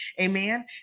amen